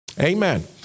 Amen